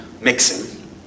mixing